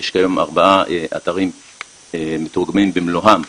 יש כיום ארבעה אתרים מתורגמים במלואם,